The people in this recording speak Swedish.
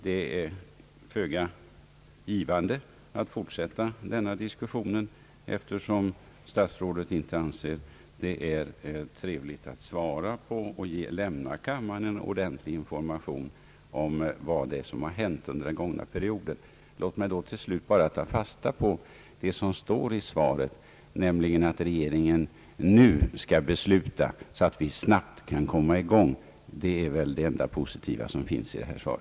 Det är föga givande att fortsätta denna diskussion, eftersom inte statsrådet anser att det är behövligt att besvara min fråga och lämna kammarens ledamöter en ordentlig information om vad som hänt under den gångna perioden. Låt mig till slut få ta fasta på det som står i svaret, nämligen att regeringen nu skall fatta beslut, så att byggnationen snabbt kan komma i gång. Det är det enda positiva besked som ges i detta svar.